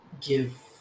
give